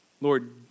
Lord